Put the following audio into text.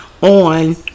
on